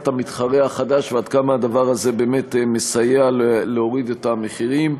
המתחרה החדש ועד כמה הדבר הזה באמת מסייע להורדת המחירים.